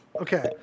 Okay